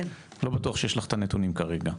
לא בטוח שיש לך את הנתונים כרגע.